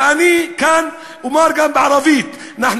ואני כאן אומר גם בערבית (אומר דברים בשפה הערבית,